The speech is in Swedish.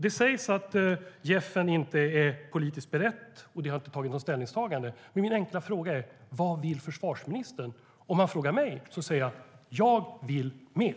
Det sägs att JEF inte är politiskt berett och att det inte finns något ställningstagande. Min enkla fråga är: Vad vill försvarsministern? Om man frågar mig säger jag: Jag vill med!